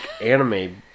anime